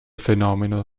fenomeno